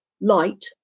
light